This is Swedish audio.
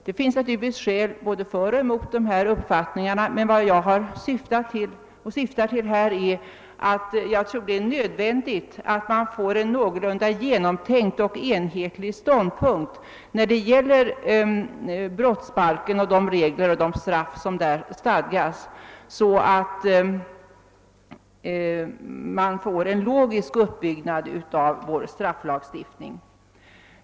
Det finns skäl både för och emot de här uppfattningarna, men jag tror det är nödvändigt med en någorlunda genomtänkt och enhetlig ståndpunkt när det gäller brottsbalken och de regler om straff som där stadgas, så att det blir en logisk uppbyggnad av vår strafflag.